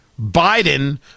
Biden